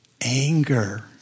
anger